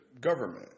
government